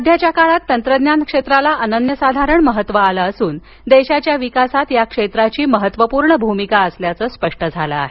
सध्याच्या काळात तंत्रज्ञान क्षेत्राला अनन्यसाधारण महत्त्व आलं असून देशाच्या विकासात या क्षेत्राची महत्त्वपूर्ण भूमिका असल्याचं स्पष्ट झालं आहे